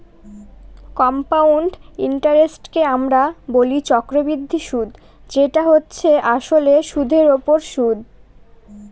compound ইন্টারেস্টকে আমরা বলি চক্রবৃদ্ধি সুদ যেটা হচ্ছে আসলে সুধের ওপর সুদ